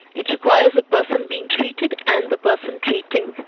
it requires the person being treated and the person treating. but